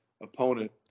opponent